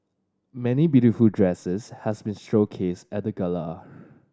many beautiful dresses has been showcased at the gala